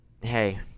Hey